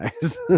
guys